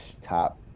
top